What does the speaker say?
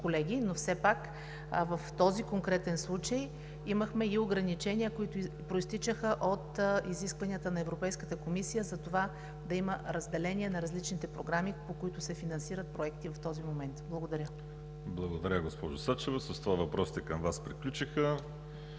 колеги, но все пак в този конкретен случай имахме и ограничения, които произтичаха от изискванията на Европейската комисия за това да има разделение на различните програми, по които се финансират проекти в този момент. Благодаря. ПРЕДСЕДАТЕЛ ВАЛЕРИ СИМЕОНОВ: Благодаря, госпожо Сачева. С това въпросите към Вас приключиха.